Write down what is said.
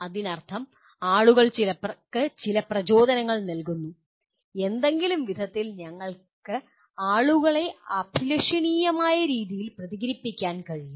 അതിനർത്ഥം ആളുകൾക്ക് ചില പ്രചോദനങ്ങൾ നൽകുന്നു ഏതെങ്കിലും വിധത്തിൽ ഞങ്ങൾക്ക് ആളുകളെ അഭിലഷണീയമായ രീതിയിൽ പ്രതികരിപ്പിക്കാൻ കഴിയും